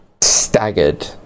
staggered